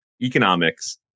economics